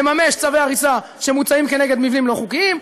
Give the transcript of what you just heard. לממש צווי הריסה שמוצאים כנגד מבנים לא חוקיים.